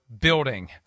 building